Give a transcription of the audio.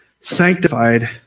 sanctified